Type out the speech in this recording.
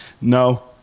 No